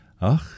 Ach